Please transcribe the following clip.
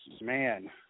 Man